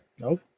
Nope